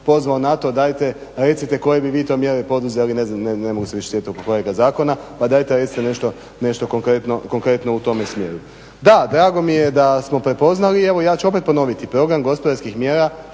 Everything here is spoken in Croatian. pozvao na to dajte recite koji bi vi to mjere poduzeli ne znam ne mogu se više sjetiti oko kojega zakona, pa dajte recite nešto konkretno u tome smjeru. Da, drago mi je da smo prepoznali i evo ja ću opet ponoviti, program gospodarskih mjera